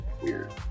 weird